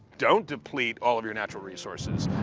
don't deplete all of your natural resources.